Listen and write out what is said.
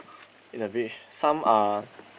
in a beach some are